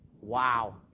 Wow